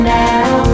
now